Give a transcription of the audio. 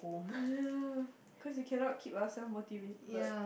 ya cause you cannot keep yourself motivated